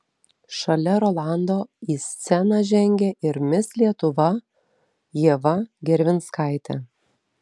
šalia rolando į sceną žengė ir mis lietuva ieva gervinskaitė